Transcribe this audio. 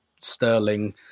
Sterling